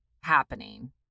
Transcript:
happening